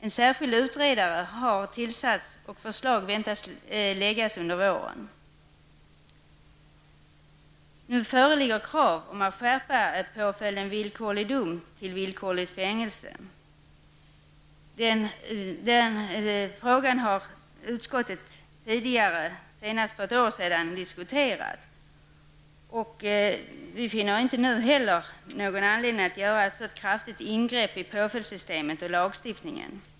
En särskild utredare har tillsatts, och förslag väntas läggas fram under våren. Nu föreligger krav på att skärpa påföljden villkorlig dom till villkorligt fängelse. Den frågan har utskottet tidigare, senast för ett år sedan, diskuterat. Vi finner inte heller nu någon anledning att göra ett så kraftigt ingrepp i påföljdssystemet och lagstiftningen.